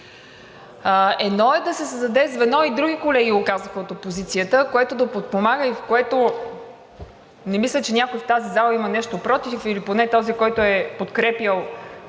Едно е да се създаде звено, и други колеги го казаха от опозицията, което да подпомага и в което, не мисля, че някой в тази зала има нещо против или поне този, който е подкрепял